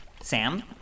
Sam